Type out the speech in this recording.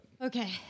Okay